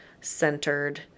centered